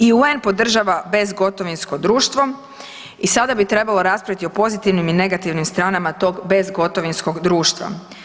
I UN podržava bezgotovinsko društvo i sada bi trebalo raspraviti o pozitivnim i negativnim stranama bezgotovinskog društva.